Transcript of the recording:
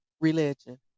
religion